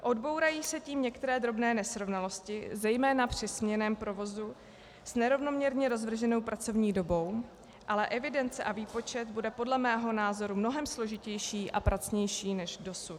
Odbourají se tím některé drobné nesrovnalosti zejména při směnném provozu s nerovnoměrně rozvrženou pracovní dobou, ale evidence a výpočet bude podle mého názoru mnohem složitější a pracnější než dosud.